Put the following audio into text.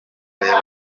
kureba